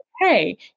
hey